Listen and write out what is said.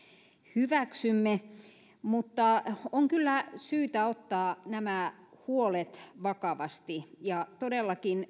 hyväksymme mutta on kyllä syytä ottaa nämä huolet vakavasti todellakin